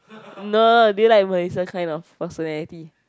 no do you like Marisa kind of personality